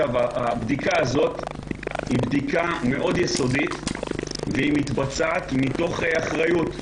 זו בדיקה יסודית מאוד שמתבצעת מתוך אחריות.